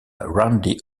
randy